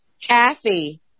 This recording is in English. Kathy